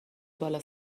بالا